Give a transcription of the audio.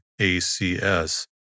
ACS